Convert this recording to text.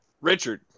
Richard